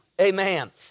Amen